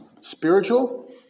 spiritual